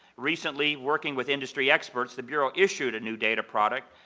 recently working with industry experts, the bureau issued a new data product,